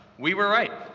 we were right.